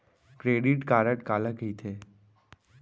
Credit card काला कहिथे?